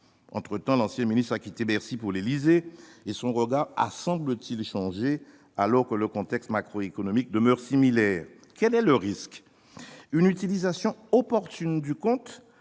Entre-temps, l'ancien ministre a quitté Bercy pour l'Élysée et son regard semble avoir changé, alors que le contexte macroéconomique demeure similaire. Quel est le risque ? C'est que ce compte